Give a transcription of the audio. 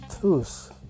truth